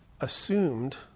assumed